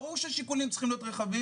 ברור שהשיקולים צריכים להיות רחבים.